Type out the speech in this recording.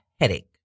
headache